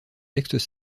textes